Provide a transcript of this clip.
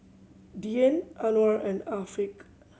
Dian Anuar and Afiq